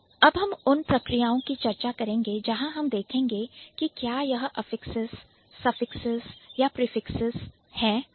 अब हम उन प्रक्रियाओं की चर्चा करेंगे जहां हम देखेंगे कि क्या यह affixes अफिक्सेस suffixes सफिक्सेस प्रत्यय है या prefixes प्रिफिक्सेस उपसर्गहै